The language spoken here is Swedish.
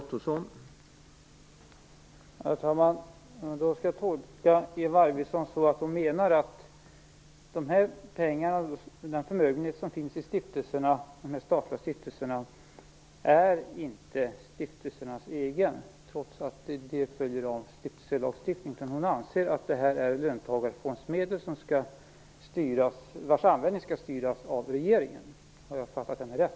Herr talman! Då skall jag tolka Eva Arvidsson så, att hon menar att den förmögenhet som finns i de statliga stiftelserna inte är stiftelsernas egen, trots att det följer av stiftelselagstiftningen. Hon anser att det är löntagarfondsmedel vars användning skall styras av regeringen. Har jag fattat henne rätt?